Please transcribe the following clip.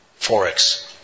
Forex